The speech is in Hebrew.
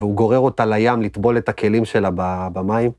‫והוא גורר אותה לים ‫לטבול את הכלים שלה במים.